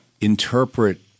interpret